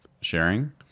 sharing